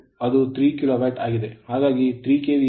6 ಮತ್ತು ಅದು 3ಕಿಲೋವ್ಯಾಟ್ ಆಗಿದೆ ಹಾಗಾಗಿ 5 ಕೆ